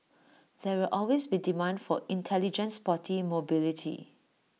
there will always be demand for intelligent sporty mobility